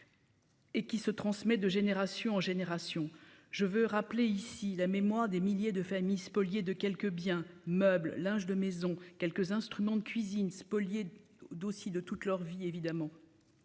Et qui se transmet de génération en génération. Je veux rappeler ici la mémoire des milliers de familles spoliées de quelques biens meubles, linge de maison, quelques instruments de cuisine. Aussi de toute leur vie, évidemment.